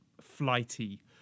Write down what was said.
flighty